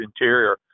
interior